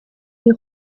est